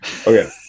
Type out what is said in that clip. Okay